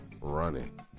running